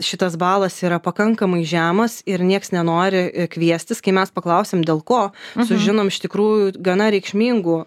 šitas balas yra pakankamai žemas ir nieks nenori kviestis kai mes paklausiam dėl ko sužinom iš tikrųjų gana reikšmingų